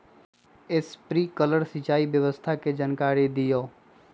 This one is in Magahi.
स्प्रिंकलर सिंचाई व्यवस्था के जाकारी दिऔ?